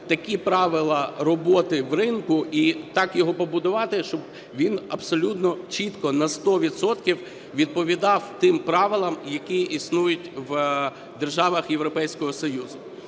такі правила роботи в ринку і так його побудувати, щоб він абсолютно чітко на сто відсотків відповідав тим правилам, які існують в державах Європейського Союзу.